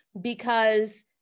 because-